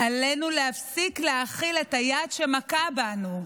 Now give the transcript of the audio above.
עלינו להפסיק להאכיל את היד שמכה בנו.